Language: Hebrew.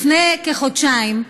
לפני כחודשיים,